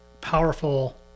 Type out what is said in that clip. powerful